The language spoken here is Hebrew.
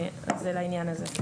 זה לעניין הזה.